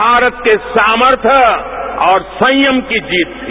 भारत के सामर्थय और संयम की जीत थी